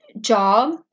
job